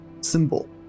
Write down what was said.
symbol